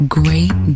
great